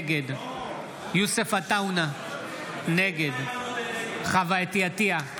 נגד יוסף עטאונה, נגד חוה אתי עטייה,